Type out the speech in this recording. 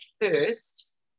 first